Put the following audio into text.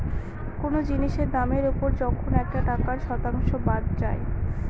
কোনো জিনিসের দামের ওপর যখন একটা টাকার শতাংশ বাদ যায়